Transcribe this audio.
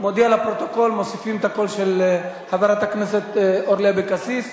לפרוטוקול שמוסיפים את הקול של חברת הכנסת אורלי אבקסיס.